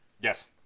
Yes